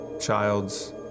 child's